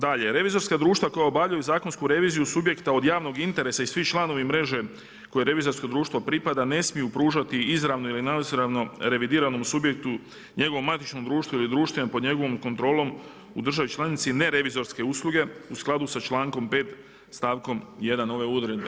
Dalje, revizorska društva koja obavljaju zakonsku reviziju subjekta od javnog interesa i svi članovi mreže kojoj revizorsko društvo pripada ne smiju pružati izravno ili neizravno revidiranom subjektu, njegovom matičnom društvu ili društvima pod njegovom kontrolom u državi članici ne revizorske usluge u skladu sa člankom 5. stavkom 1. ove odredbe.